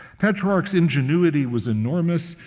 petrarch's ingenuity was enormous.